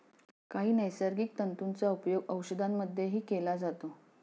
काही नैसर्गिक तंतूंचा उपयोग औषधांमध्येही केला जातो